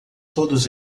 todos